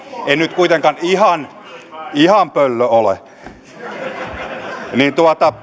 en nyt kuitenkaan ihan ihan pöllö ole